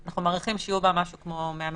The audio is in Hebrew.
אנחנו מעריכים שיהיו בה כ-100 מגשרים.